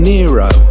Nero